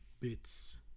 bits